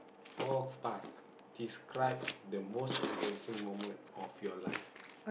false pass describe the most embarrassing moment of your life